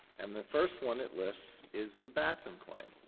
and the first one it lists is the batson claim.